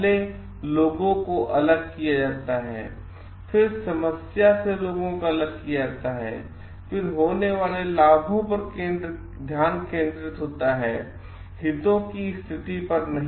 पहले लोगों को अलग किया जाता है समस्या से लोगों को अलग किया जाता है फिर होने वाले लाभों पर ध्यान केंद्रित होता है हितों की स्थिति नहीं